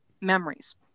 memories